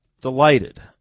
delighted